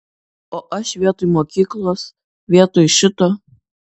o aš vietoj mokyklos vietoj šito